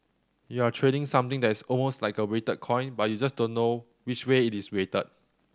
you're trading something that is almost like a weighted coin but you just don't know which way it is weighted